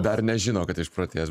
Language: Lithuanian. dar nežino kad išprotėjęs